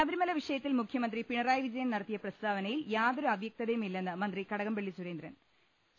ശബരിമല വിഷയത്തിൽ മുഖ്യമന്ത്രി പിണറായി വിജയൻ നടത്തിയ പ്രസ്താവനയിൽ യാതൊരു അവ്യക്തതയു മില്ലെന്ന് മന്ത്രി കടകംപള്ളി സുരേന്ദ്രൻ അഭിപ്രായപ്പെട്ടു